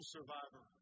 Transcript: Survivor